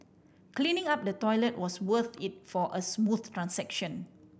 cleaning up the toilet was worth it for a smooth transaction